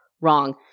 wrong